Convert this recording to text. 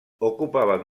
ocupaven